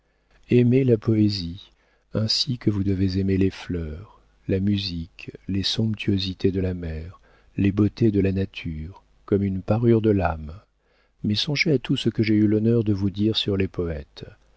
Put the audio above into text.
aimez la poésie ainsi que vous devez aimer les fleurs la musique les somptuosités de la mer les beautés de la nature comme une parure de l'âme mais songez à tout ce que j'ai eu l'honneur de vous dire sur les poëtes